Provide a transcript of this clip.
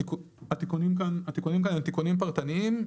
התיקונים כאן הם תיקונים פרטניים,